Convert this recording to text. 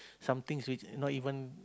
some things which not even